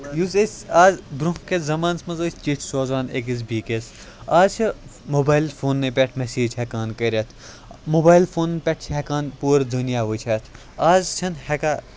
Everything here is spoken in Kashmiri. یُس أسۍ آز برٛونٛہہ کِس زَمانَس منٛز ٲسۍ چھِٹۍ سوزان أکِس بیٚکِس آز چھِ موبایِل فونٛنٕے پٮ۪ٹھ مٮ۪سیج ہٮ۪کان کٔرِتھ موبایِل فونَن پٮ۪ٹھ چھِ ہٮ۪کان پوٗرٕ دُنیا وٕچھِتھ آز چھَنہٕ ہٮ۪کان